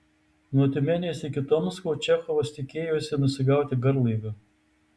nuo tiumenės iki tomsko čechovas tikėjosi nusigauti garlaiviu